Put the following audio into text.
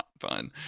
fun